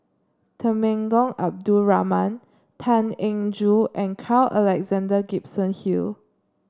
Temenggong Abdul Rahman Tan Eng Joo and Carl Alexander Gibson Hill